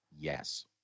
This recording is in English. yes